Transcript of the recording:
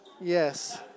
Yes